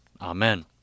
Amen